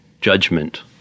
judgment